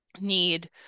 need